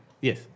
Yes